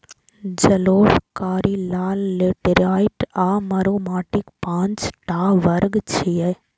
जलोढ़, कारी, लाल, लेटेराइट आ मरु माटिक पांच टा वर्ग छियै